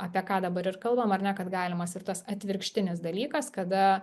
apie ką dabar ir kalbam ar ne kad galimas ir tas atvirkštinis dalykas kada